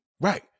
Right